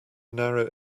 narrow